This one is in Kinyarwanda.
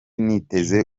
niteze